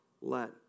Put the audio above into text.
let